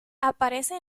aparece